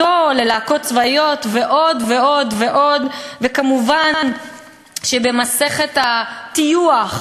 אל-ערבייה אל-אמריקיה בג'נין, כמעט 4,500